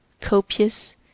copious